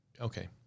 okay